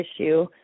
issue